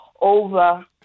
over